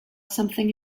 something